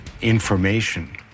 information